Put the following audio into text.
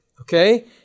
okay